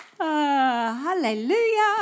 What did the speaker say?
Hallelujah